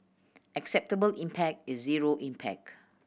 acceptable impact is zero impact